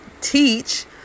teach